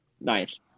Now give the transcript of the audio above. Nice